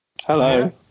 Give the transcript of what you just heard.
Hello